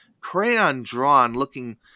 crayon-drawn-looking